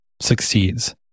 succeeds